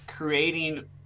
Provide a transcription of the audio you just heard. creating